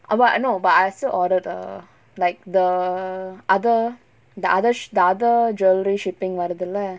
ah no but I also ordered a like the err other the other the other jewellery shipping வருதுல:varuthula